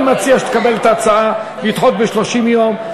אני מציע שתקבל את ההצעה לדחות ב-30 יום.